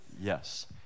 yes